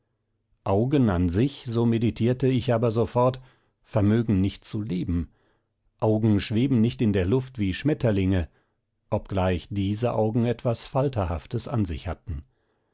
augen an sich so meditierte ich aber sofort vermögen nicht zu leben augen schweben nicht in der luft wie schmetterlinge obgleich diese augen etwas falterhaftes an sich hatten